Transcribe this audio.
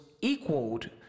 equaled